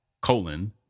colon